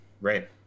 Right